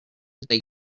they